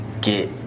get